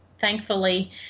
thankfully